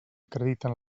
acrediten